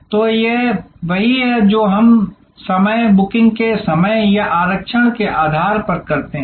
तो यह वही है जो हम समय बुकिंग के समय या आरक्षण के आधार पर करते हैं